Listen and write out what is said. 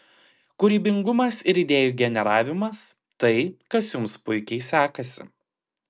kūrybingumas ir idėjų generavimas tai kas jums puikiai sekasi